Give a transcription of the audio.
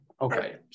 Okay